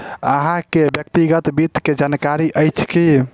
अहाँ के व्यक्तिगत वित्त के जानकारी अइछ की?